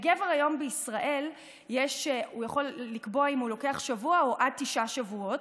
גבר היום בישראל יכול לקבוע אם הוא לוקח שבוע או עד תשעה שבועות,